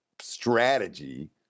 strategy